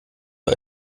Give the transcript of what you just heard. nur